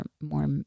more